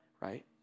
right